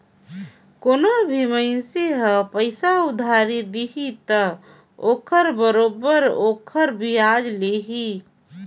कोनो भी मइनसे ह पइसा उधारी दिही त ओखर बरोबर ओखर बियाज लेही